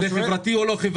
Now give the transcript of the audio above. זה חברתי או לא חברתי?